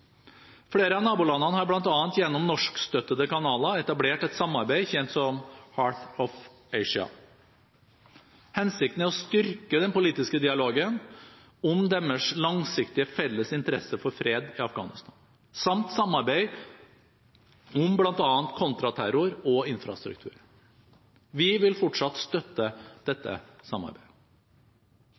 Flere av nabolandene har, bl.a. gjennom norskstøttede kanaler, etablert et samarbeid kjent som «Heart of Asia». Hensikten er å styrke den politiske dialogen om deres langsiktige felles interesse for fred i Afghanistan samt samarbeid om bl.a. kontraterror og infrastruktur. Vi vil fortsatt støtte dette samarbeidet.